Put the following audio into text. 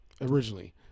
originally